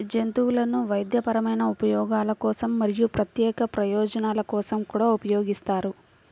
జంతువులను వైద్యపరమైన ఉపయోగాల కోసం మరియు ప్రత్యేక ప్రయోజనాల కోసం కూడా ఉపయోగిస్తారు